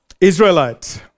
Israelites